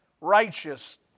Righteous